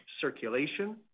circulation